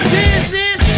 business